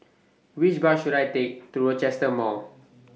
Which Bus should I Take to Rochester Mall